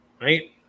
right